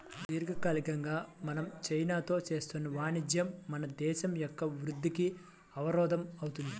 దీర్ఘకాలికంగా మనం చైనాతో చేస్తున్న వాణిజ్యం మన దేశం యొక్క వృద్ధికి అవరోధం అవుతుంది